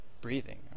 breathing